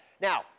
Now